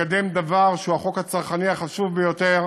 לקדם דבר שהוא החוק הצרכני החשוב ביותר